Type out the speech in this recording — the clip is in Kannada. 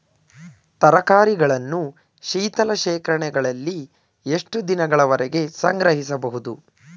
ತರಕಾರಿಗಳನ್ನು ಶೀತಲ ಶೇಖರಣೆಗಳಲ್ಲಿ ಎಷ್ಟು ದಿನಗಳವರೆಗೆ ಸಂಗ್ರಹಿಸಬಹುದು?